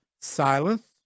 Silence